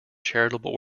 charitable